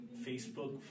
Facebook